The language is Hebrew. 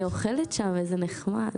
אני אוכלת שם וזה נחמד.